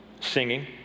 singing